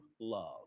love